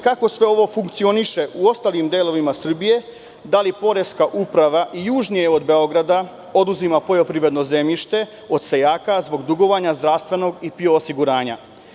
kako sve ovo funkcioniše u ostalim delovima Srbije, da li Poreska uprava južnije od Beograda oduzima poljoprivredno zemljište od seljaka zbog dugovanja zdravstvenog i PIO osiguranja?